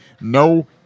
no